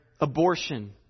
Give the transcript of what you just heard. abortion